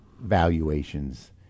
valuations